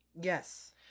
Yes